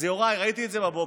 אז יוראי, ראיתי את זה בבוקר,